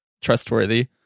trustworthy